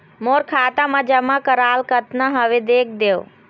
मोर खाता मा जमा कराल कतना हवे देख देव?